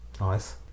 Nice